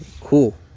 cool